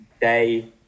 day